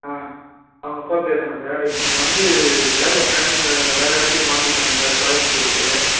ஆ அவங்க அப்பா பேசுகிறேன் சார் எனக்கு வந்து வேலை கன் வேறு இடத்துக்கு மாற்றிட்டாங்க சார் கோயம்புத்தூருக்கு